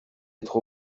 être